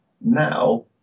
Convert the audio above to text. Now